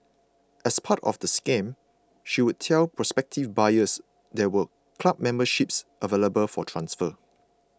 as part of the scam she would tell prospective buyers there were club memberships available for transfer